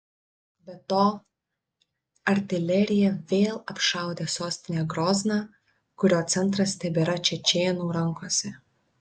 be to artilerija vėl apšaudė sostinę grozną kurio centras tebėra čečėnų rankose